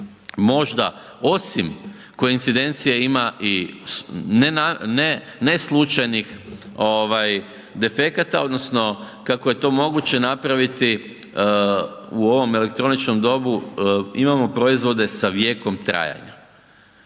možda osim koincidencije ima i ne slučajnih defekata odnosno kako je to moguće napraviti u ovom elektroničkom dobu imamo proizvode sa vijekom trajanja.